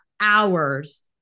hours